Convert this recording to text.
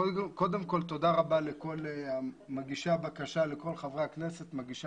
קודם כל תודה רבה לכל חברי הכנסת מגישי